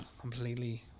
Completely